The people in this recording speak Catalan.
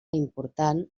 important